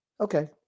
Okay